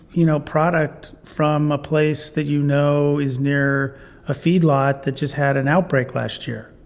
you know, product from a place that you know is near a feedlot that just had an outbreak last year?